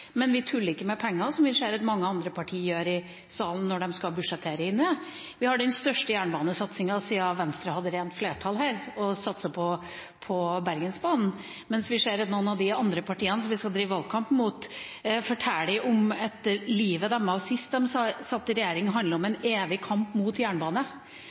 Men vi tuller ikke med penger, som vi ser at mange andre partier gjør i salen når de skal budsjettere her. Vi har den største jernbanesatsingen siden Venstre hadde rent flertall her og satset på Bergensbanen, mens vi ser at noen av de andre partiene som vi skal drive valgkamp mot, forteller om at livet deres sist de satt i regjering, handlet om en evig kamp mot jernbane.